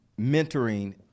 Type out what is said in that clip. mentoring